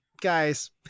guys